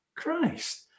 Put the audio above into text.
Christ